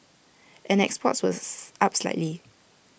and exports was up slightly